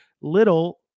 little